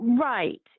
Right